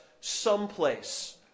someplace